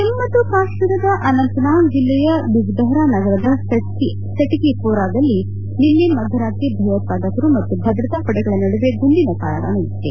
ಜಮ್ನು ಮತ್ತು ಕಾಶ್ವೀರದ ಅನಂತ್ನಾಗ್ಜಿಲ್ಲೆಯ ಬಿಜ್ಬೇಹರಾ ನಗರದ ಸೆಟ್ಕಿ ಮೋರಾದಲ್ಲಿ ನಿನ್ನೆ ಮಧ್ಯರಾತ್ರಿ ಭಯೋತ್ವಾಕರು ಮತ್ತು ಭದ್ರತಾಪಡೆಗಳ ನಡುವೆ ಗುಂಡಿನ ಕಾಳಗ ನಡೆದಿದೆ